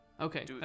Okay